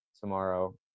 tomorrow